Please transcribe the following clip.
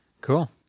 Cool